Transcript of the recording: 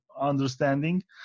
understanding